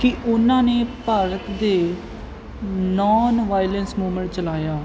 ਕੀ ਉਹਨਾਂ ਨੇ ਭਾਰਤ ਦੇ ਨੋਨ ਵਾਇਲੈਂਸ ਮੂਵਮੈਂਟ ਚਲਾਇਆ